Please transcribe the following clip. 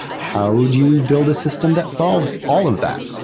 how would you build a system that solves all of that?